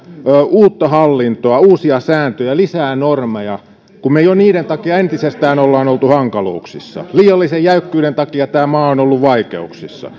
uutta hallintoa uusia sääntöjä lisää normeja kun me niiden takia jo entisestään olemme olleet hankaluuksissa liiallisen jäykkyyden takia tämä maa on ollut vaikeuksissa